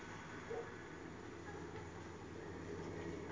ನನಗೆ cheque book ಬೇಕು SB account ನಲ್ಲಿ ಕನಿಷ್ಠ ಎಷ್ಟು ಬ್ಯಾಲೆನ್ಸ್ ಇರಬೇಕು?